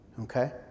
okay